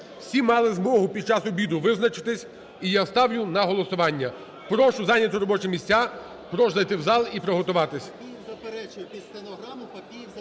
Всі мали змогу під час обіду визначитися, і я ставлю на голосування. Прошу зайняти робочі місця, прошу зайти в зал і приготуватися.